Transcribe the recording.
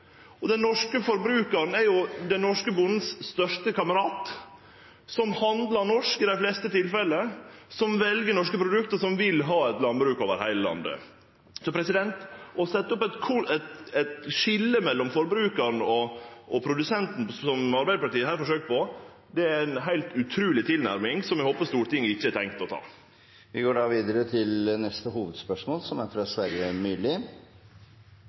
Og den norske forbrukaren er jo den norske bonden sin beste kamerat, som handlar norsk i dei fleste tilfella, som vel norske produkt, og som vil ha landbruk over heile landet. Å setje opp eit skilje mellom forbrukaren og produsenten, slik som Arbeidarpartiet her forsøkjer, er ei heilt utruleg tilnærming, som eg håpar Stortinget ikkje har tenkt å ta. Vi går videre til neste